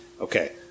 Okay